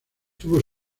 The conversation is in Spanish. tuvo